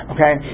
Okay